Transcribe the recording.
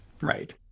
Right